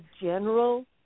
general